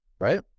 Right